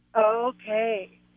Okay